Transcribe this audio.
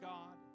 God